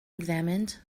examined